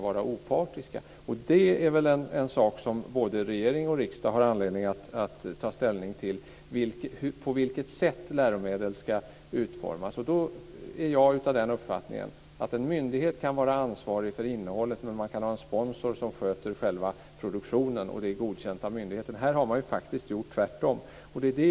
På vilket sätt läromedel ska utformas är en sak som både regering och riksdag har anledning att ta ställning till. Jag är av uppfattningen att en myndighet kan vara ansvarig för innehållet men att det kan finnas en sponsor som sköter själva produktionen godkänt av myndigheten. Här har man faktiskt gjort tvärtom.